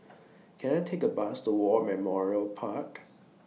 Can I Take A Bus to War Memorial Park